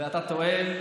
ואתה טועה.